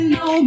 no